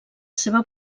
seva